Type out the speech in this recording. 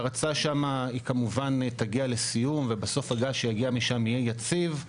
ההרצה שם היא כמובן תגיע לסיום ובסוף הגז שיגיע משם יהיה יציב,